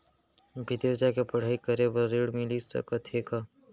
बिदेस जाके पढ़ई करे बर ऋण मिलिस सकत हे का?